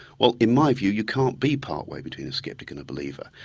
well in my view you can't be part way between a skeptic and a believer.